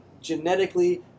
genetically